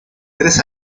tres